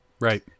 Right